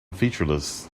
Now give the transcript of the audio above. featureless